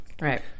Right